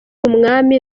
umwami